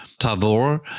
Tavor